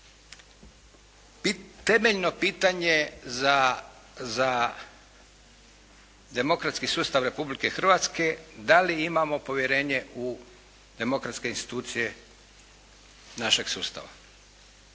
Temeljno pitanje za demokratski sustav Republike Hrvatske, da li imamo povjerenje u demokratske institucije našeg sustava?